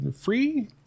free